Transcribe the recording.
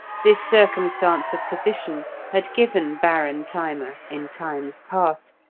this circumstance of position had given baron thyma, in times past,